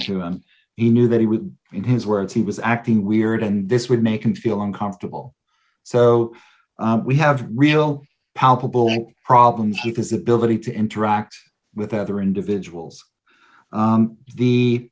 to him he knew that he was in his words he was acting weird and this would make him feel uncomfortable so we have real palpable problems if his ability to interact with other individuals be the